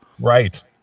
right